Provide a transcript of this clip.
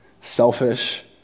selfish